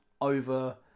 over